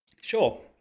Sure